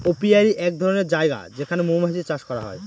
apiary এক ধরনের জায়গা যেখানে মৌমাছি চাষ করা হয়